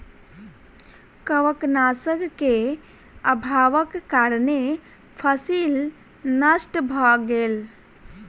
कवकनाशक के अभावक कारणें फसील नष्ट भअ गेल